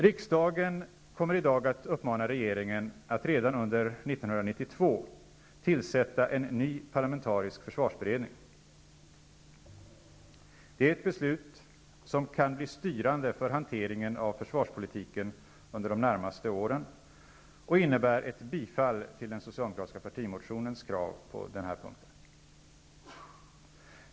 Riksdagen kommer i dag att uppmana regeringen att redan under 1992 tillsätta en ny parlamentarisk försvarsberedning. Det är ett beslut som kan bli styrande för hanteringen av försvarspolitiken under de närmaste åren och innebär ett bifall till den socialdemokratiska partimotionens krav på denna punkt.